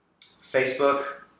Facebook